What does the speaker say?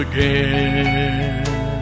Again